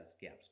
GAPS